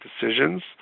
decisions